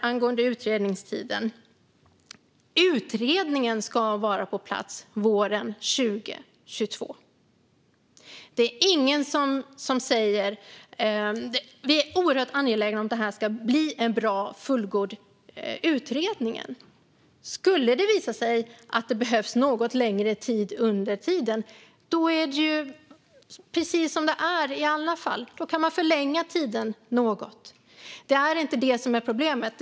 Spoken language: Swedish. Angående utredningstiden ska utredningen vara på plats våren 2022. Vi är oerhört angelägna om att det här ska bli en bra och fullgod utredning. Skulle det visa sig på vägen att det behövs längre tid kan man förlänga tiden något. Det är inte det som är problemet.